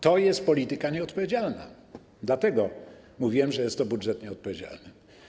To jest polityka nieodpowiedzialna, dlatego mówiłem, że jest to budżet nieodpowiedzialny.